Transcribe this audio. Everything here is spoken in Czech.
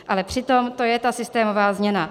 Ale přitom to je ta systémová změna.